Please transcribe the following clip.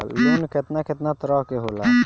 Loan केतना केतना तरह के होला?